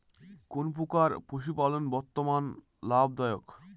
কোন প্রকার পশুপালন বর্তমান লাভ দায়ক?